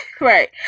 Right